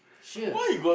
sure